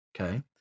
okay